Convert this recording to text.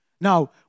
Now